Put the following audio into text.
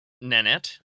nanette